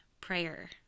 prayer